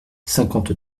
cinquante